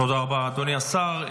תודה רבה, אדוני השר.